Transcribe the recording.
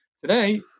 today